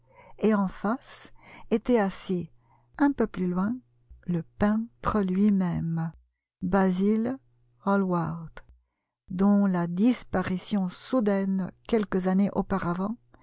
et en face était assis un peu plus loin le peintre lui-même basil hallvvard dont la disparition soudaine quelques années auparavant